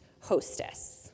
hostess